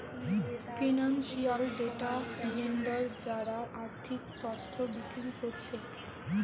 financial data vendor যারা আর্থিক তথ্য বিক্রি কোরছে